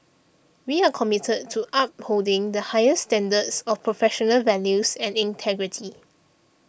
we are committed to upholding the highest standards of professional values and integrity